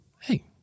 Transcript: Hey